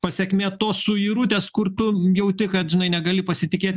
pasekmė tos suirutės kur tu jauti kad žinai negali pasitikėt